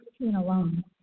alone